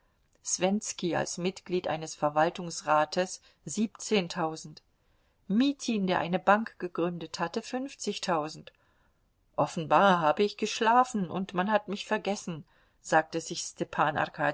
swentizki als mitglied eines verwaltungsrates siebzehntausend mitin der eine bank gegründet hatte fünfzigtausend offenbar habe ich geschlafen und man hat mich vergessen sagte sich stepan